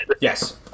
Yes